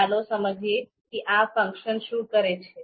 ચાલો સમજીએ કે આ ફંક્શન શું કરે છે